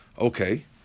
okay